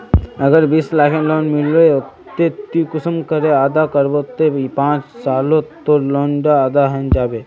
अगर बीस लाखेर लोन लिलो ते ती कुंसम करे अदा करबो ते पाँच सालोत तोर लोन डा अदा है जाबे?